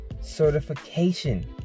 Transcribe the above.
certification